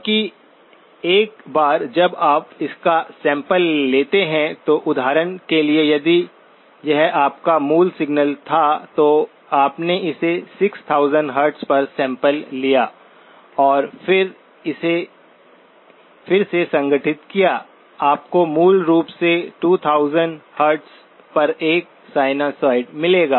क्योंकि एक बार जब आप इसका सैंपल लेते हैं तो उदाहरण के लिए यदि यह आपका मूल सिग्नल था तो आपने इसे 6000 हर्ट्ज पर सैंपल लिया और फिर इसे फिर से संगठित किया आपको मूल रूप से 2000 हर्ट्ज पर एक साइनसॉइड मिलेगा